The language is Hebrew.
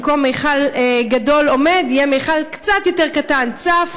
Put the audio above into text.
במקום מכל גדול עומד יהיה מכל קצת יותר קטן צף,